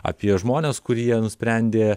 apie žmones kurie nusprendė